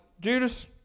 Judas